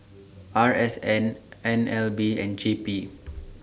R S N N L B and J P